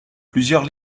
plusieurs